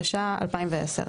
התש"ע 2010,